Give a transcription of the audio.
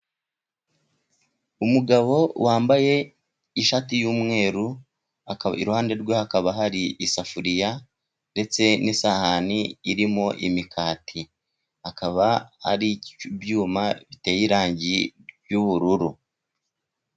Umugabo wambaye ishati y'umweru iruhande rwe hakaba hari isafuriya, ndetse n'isahani iriho imikati. Hakaba ari byuma biteye irangi ry'ubururu.